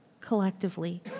collectively